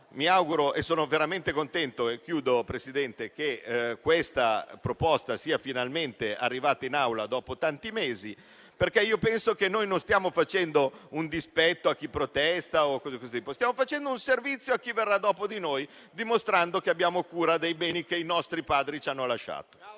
comunque veramente contento che questa proposta sia finalmente arrivata in Aula dopo tanti mesi, perché penso che non stiamo facendo un dispetto a chi protesta, bensì un servizio a chi verrà dopo di noi, dimostrando che abbiamo cura dei beni che i nostri padri ci hanno lasciato.